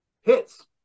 hits